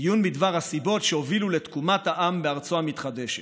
דיון בדבר הסיבות שהובילו לתקומת העם בארצו המתחדשת.